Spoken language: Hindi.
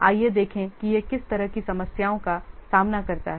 आइए देखें कि यह किस तरह की समस्याओं का सामना करता है